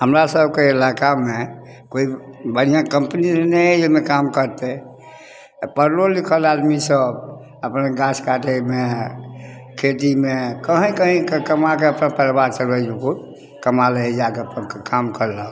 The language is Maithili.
हमरा सभके इलाकामे कोइ बढ़िऑं कंपनी नहि यऽ जाहिमे काम करतै तऽ पढ़लो लिखल आदमी सभ अपन गाछ काटैमे खेतीमे कहीँ कहीँके कमाके अपना परिवार चलबै जोकुर कमा लै हइ जाके अपन काम केलक